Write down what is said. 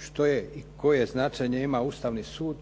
što je i koje značenje ima Ustavni sud,